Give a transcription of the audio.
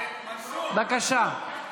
בבקשה.